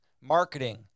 marketing